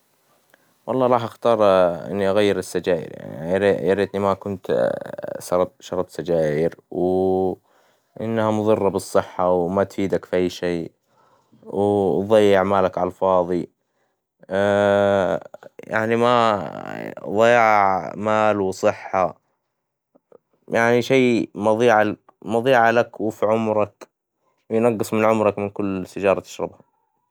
والله راح اختار إني اغير السجاير يعني، يا ري- يا ريتني ما كنت سرب- شربت سجاير، وإنها مظرة بالصحة، وما تفيدك في أي شي، و تظيع مالك عالفاظي, يعني ما- ظياع مال وصحة، يعني شي مظيعة ل- مظيعة لك وفي عمرك، وينقص من عمرك من كل سيجارة تشربها.